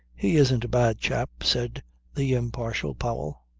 he isn't a bad chap, said the impartial powell.